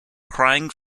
crying